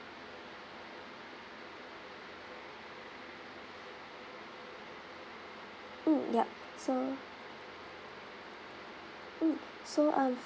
mm yup so mm so um